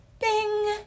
Bing